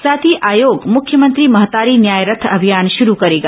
साथ ही आयोग मुख्यमंत्री महतारी न्याय रथ अभियान शुरू करेगा